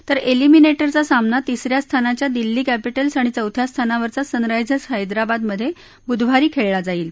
तर लिमिनेटरचा सामना तिस या स्थानाच्या दिल्ली कॅपिटल्स आणि चौथ्या स्थानावरचा सनरा झिर्स हैदराबाद मधे बुधवारी खेळला जाईल